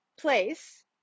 place